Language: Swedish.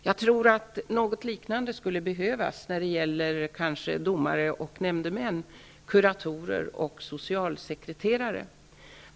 Jag tror att något liknande skulle behövas för domare och nämndemän, kuratorer och socialsekreterare.